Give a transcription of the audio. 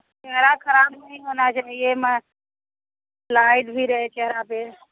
चेहरा खराब नहीं होना चाहिए लाइट भी रहे चेहरा पे